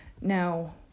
Now